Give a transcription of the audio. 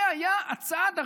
זה היה הצעד הראשון?